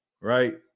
right